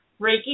Reiki